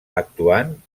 actuant